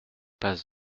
pas